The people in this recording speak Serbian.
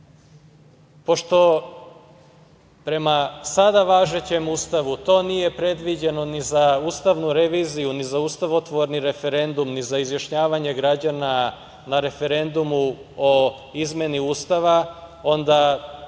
prema sada važećem Ustavu to nije predviđeno ni za ustavnu reviziju, ni za ustavotvorni referendum, ni za izjašnjavanje građana na referendumu o izmeni Ustava, onda